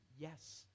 Yes